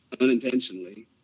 unintentionally